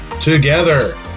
Together